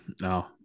no